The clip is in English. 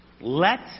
Let